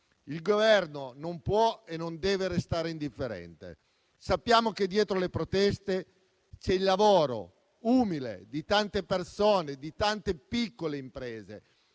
Il Governo non può e non deve restare indifferente. Sappiamo che dietro le proteste c'è il lavoro umile di tante persone e di tante piccole imprese